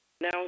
Now